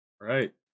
Right